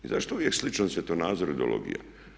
I zašto uvijek sličan svjetonazor i ideologija?